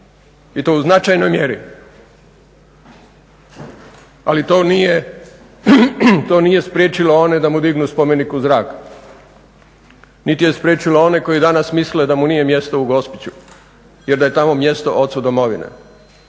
i to u značajnoj mjeri. Ali, to nije spriječilo one da mu dignu spomenik u zrak, niti je spriječilo one koji danas misle da mu nije mjesto u Gospiću jer da je tamo mjesto ocu domovine.